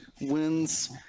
wins